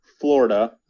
Florida